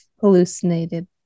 hallucinated